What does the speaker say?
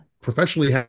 professionally